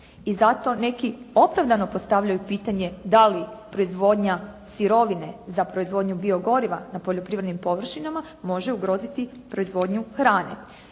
I zato neki opravdano postavljaju pitanje da li proizvodnja sirovine za proizvodnju biogoriva na poljoprivrednim površinama može ugroziti proizvodnju hrane.